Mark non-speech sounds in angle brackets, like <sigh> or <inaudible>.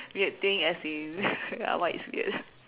weird thing as in <laughs> what is weird